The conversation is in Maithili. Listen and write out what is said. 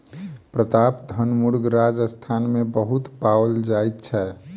प्रतापधन मुर्ग राजस्थान मे बहुत पाओल जाइत छै